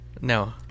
No